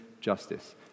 justice